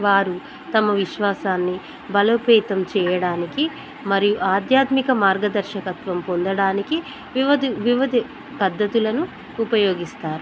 వారు తమ విశ్వాసాన్ని బలోపేతం చేయడానికి మరియు ఆధ్యాత్మిక మార్గదర్శకత్వం పొందడానికి వివిధ వివిధ పద్ధతులను ఉపయోగిస్తారు